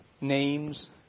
names